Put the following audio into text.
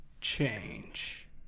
Change